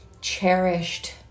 cherished